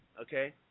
Okay